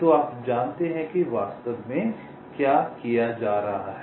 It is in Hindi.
तो आप जानते हैं कि वास्तव में क्या किया जा रहा है